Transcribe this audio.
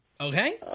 Okay